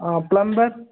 ஆ plumber